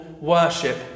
worship